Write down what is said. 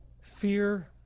Fear